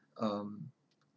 um